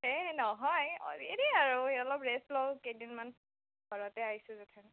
সেই নহয় হেৰি আৰু অলপ ৰেষ্ট লওঁ কেইদিনমান ঘৰতে আহিছোঁ যেতিয়া